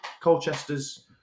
Colchester's